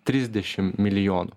trisdešim milijonų